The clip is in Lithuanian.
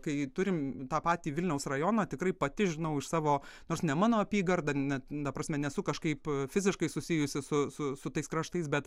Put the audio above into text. kai turim tą patį vilniaus rajoną tikrai pati žinau iš savo nors ne mano apygarda ne ta prasme nesu kažkaip fiziškai susijusi su su su tais kraštais bet